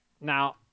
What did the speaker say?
Now